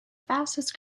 fastest